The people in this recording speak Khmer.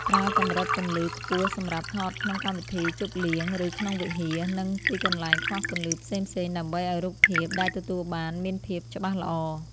ប្រើកម្រិតពន្លឺខ្ពស់សម្រាប់ថតក្នុងកម្មវិធីជប់លៀង ឬក្នុងវិហារ និង ទីកន្លែងខ្វះពន្លឺផ្សេងៗដើម្បីឱ្យរូបភាពដែលទទួលបានមានភាពច្បាស់ល្អ។